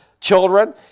children